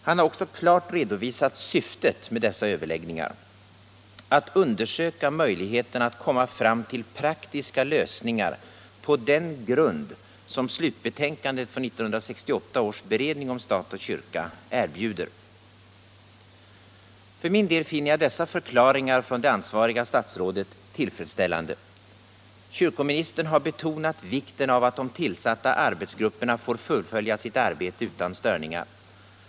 Han har också klart redovisat syftet med dessa överläggningar: att undersöka möjligheterna att komma fram till praktiska lösningar på den grund som slutbetänkandet från 1968 års beredning om stat och kyrka erbjuder. För min del finner jag dessa förklaringar från det ansvariga statsrådets sida tillfredsställande. Kyrkoministern har betonat vikten av att de tillsatta arbetsgrupperna får fullfölja sitt arbete utan störningar.